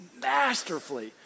masterfully